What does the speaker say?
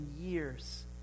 years